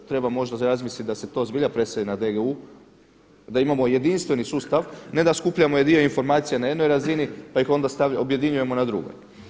Treba možda razmisliti da se to zbilja preseli na DGU, da imamo jedinstveni sustav, ne da skupljamo dio informacija na jednoj razini, pa ih onda objedinjujemo na drugoj.